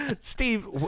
Steve